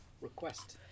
request